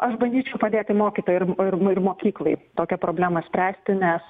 aš bandyčiau padėti mokytojai ir ir ir mokyklai tokią problemą spręsti nes